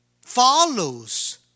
follows